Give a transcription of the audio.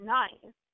nice